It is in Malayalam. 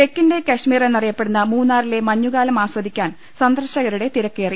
തെക്കിന്റെ കശ്മീർ എന്നറിയപ്പെടുന്ന മൂന്നാറിലെ മഞ്ഞുകാലം ആസ്വദിക്കാൻ സന്ദർശകരുടെ തിരക്കേറി